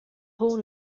horn